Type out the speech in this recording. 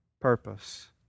purpose